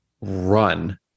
run